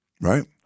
right